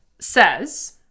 says